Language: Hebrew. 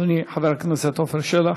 אדוני חבר הכנסת עפר שלח,